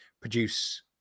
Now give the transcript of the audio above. produce